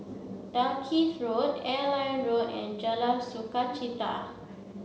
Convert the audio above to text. Dalkeith Road Airline Road and Jalan Sukachita